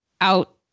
out